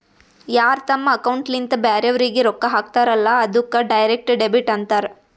ಯಾರ್ ತಮ್ ಅಕೌಂಟ್ಲಿಂತ್ ಬ್ಯಾರೆವ್ರಿಗ್ ರೊಕ್ಕಾ ಹಾಕ್ತಾರಲ್ಲ ಅದ್ದುಕ್ ಡೈರೆಕ್ಟ್ ಡೆಬಿಟ್ ಅಂತಾರ್